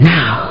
Now